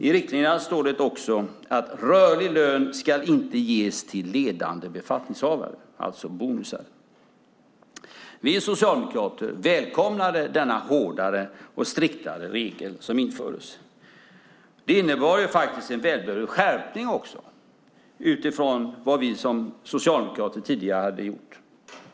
I riktlinjerna står det också att rörlig lön, alltså bonusar, inte ska ges till ledande befattningshavare. Vi socialdemokrater välkomnade denna hårdare och striktare regel som infördes. Det innebar faktiskt en välbehövlig skärpning också utifrån vad vi som socialdemokrater tidigare hade gjort.